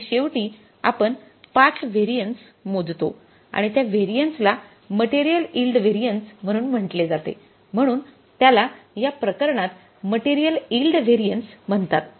आणि शेवटी आपण पाच व्हॅरियन्स मोजतो आणि त्या व्हॅरियन्स ला मटेरियल यिल्ड व्हॅरियन्स म्हणून म्हटले जाते म्हणून त्याला या प्रकरणात मटेरियल यिल्ड व्हॅरियन्स म्हणतात